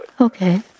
Okay